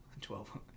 Twelve